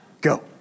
Go